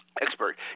Expert